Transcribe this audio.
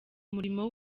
umurimo